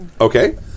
Okay